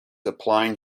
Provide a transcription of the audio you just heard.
applying